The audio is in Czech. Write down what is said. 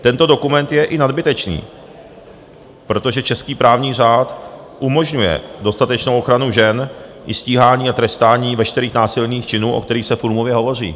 Tento dokument je i nadbytečný, protože český právní řád umožňuje dostatečnou ochranu žen i stíhání a trestání veškerých násilných činů, o kterých se v úmluvě hovoří.